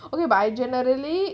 oh okay but I generally